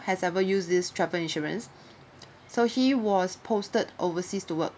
has ever use this travel insurance so he was posted overseas to work